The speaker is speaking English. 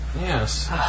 Yes